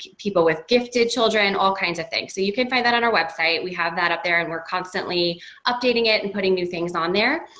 people with gifted children, all kinds of things. so, you can find that on our website. we have that up there and we're constantly updating it and putting new things on there.